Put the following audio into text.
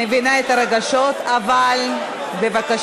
אני מבינה את הרגשות, אבל בבקשה.